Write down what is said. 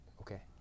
Okay